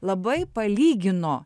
labai palygino